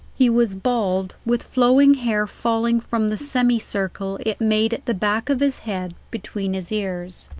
he was bald, with flowing hair falling from the semicircle it made at the back of his head between his ears.